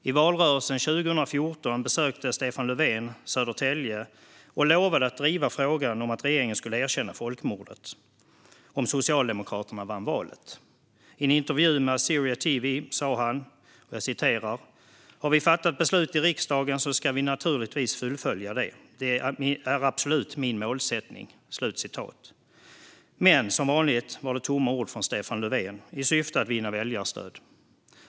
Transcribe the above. I valrörelsen 2014 besökte Stefan Löfven Södertälje och lovade att driva frågan om att regeringen skulle erkänna folkmordet, om Socialdemokraterna vann valet. I en intervju med Assyria TV sa han: "Har vi fattat beslut i riksdagen så ska vi naturligtvis fullfölja det. Det är absolut min målsättning." Men som vanligt var det bara tomma ord från Stefan Löfven i syfte att vinna väljarstöd.